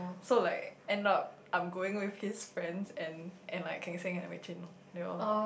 so like end up I'm going with his friends and and like can you self imagine you know